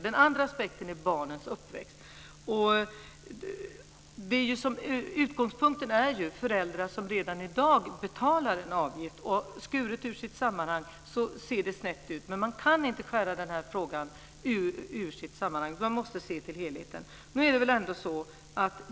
Den andra aspekten gäller barnens uppväxt. Utgångspunkten är föräldrar som redan i dag betalar en avgift. Skuret ur sitt sammanhang ser detta snett ut men man kan inte skära ut frågan ur sitt sammanhang, utan man måste se till helheten.